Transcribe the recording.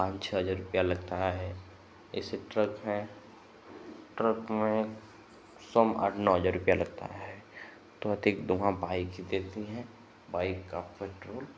पाँच छह हज़ार रुपया लगता है ऐसे ट्रक है ट्रक में सम आठ नौ हज़ार रुपया लगता है तो अधिक धुआँ बाइक़ ही देती है बाइक़ का पेट्रोल